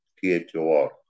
T-H-O-R